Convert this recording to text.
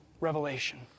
revelation